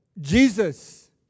Jesus